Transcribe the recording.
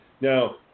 Now